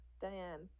Diane